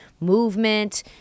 movement